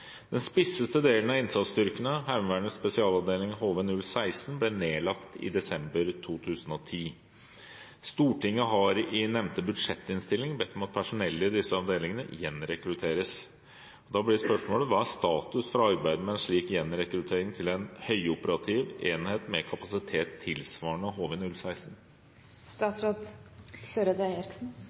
Den spisseste delen av innsatsstyrkene, Heimevernets spesialavdeling HV-016, ble nedlagt i desember 2010. Stortinget har i nevnte budsjettinnstilling bedt om at personellet i disse avdelingene gjenrekrutteres. Hva er status for arbeidet med en slik gjenrekruttering til en høyoperativ enhet med kapasitet tilsvarende